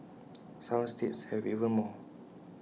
some states have even more